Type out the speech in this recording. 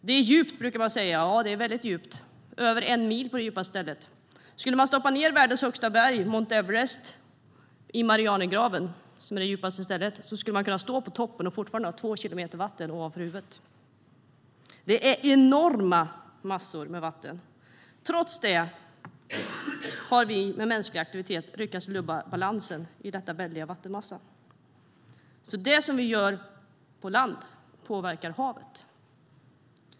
Det är djupt, brukar man säga. Ja, det är väldigt djupt. Det är över en mil på det djupaste stället. Skulle man stoppa ned världens högsta berg, Mount Everest, i Marianergraven, som är det djupaste stället, skulle man kunna stå på toppen och fortfarande ha två kilometer vatten ovanför huvudet. Det är enorma massor med vatten. Trots det har vi med mänsklig aktivitet lyckats rubba balansen i denna väldiga vattenmassa. Det som vi gör på land påverkar havet.